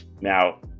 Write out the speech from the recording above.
Now